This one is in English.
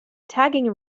tagging